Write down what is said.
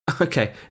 Okay